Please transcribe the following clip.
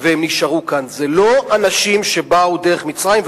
לא אנשים שבאו דרך מצרים,